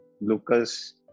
Lucas